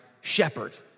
shepherd